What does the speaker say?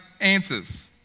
answers